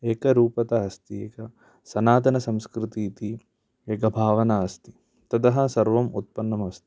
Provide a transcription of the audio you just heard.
एकरूपता अस्ति एक सनातनसंस्कृतिः इति एका भावना अस्ति ततः सर्वम् उत्पन्नमस्ति